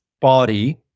body